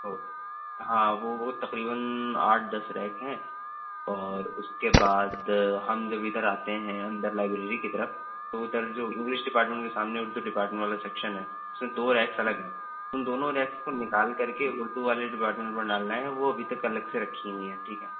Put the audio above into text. تو ہاں وہ وہ تقریباً آٹھ دس ریک ہیں اور اس کے بعد ہم جب ادھر آتے ہیں اندر لائبریری کی طرف تو ادھر جو انگلش ڈپارٹمنٹ کے سامنے اردو ڈپارٹمنٹ والا سیکشن ہے اس میں دو ریکس الگ ہیں ان دونوں ریکس کو نکال کر کے اردو والے ڈپارٹمنٹ پر ڈالنا ہے وہ ابھی تک الگ سے رکھی ہوئی ہیں ٹھیک ہے